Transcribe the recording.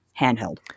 handheld